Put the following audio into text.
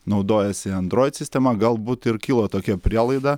naudojasi android sistema galbūt ir kilo tokia prielaida